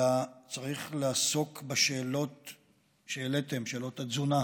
אלא צריך לעסוק בשאלות שהעליתם, שאלות התזונה,